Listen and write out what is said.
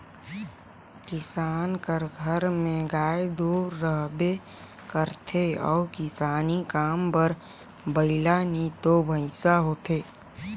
किसान कर घर में गाय दो रहबे करथे अउ किसानी काम बर बइला नी तो भंइसा होथे